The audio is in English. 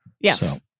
Yes